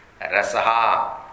Rasaha